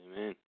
amen